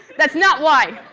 that's not why!